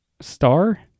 Star